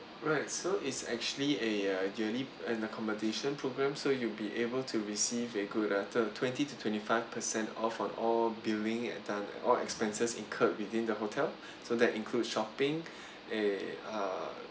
right so it's actually a competition program so you'll be able to receive a good actual twenty to twenty five percent off on all billing at done all expenses incurred within the hotel so that include shopping a ah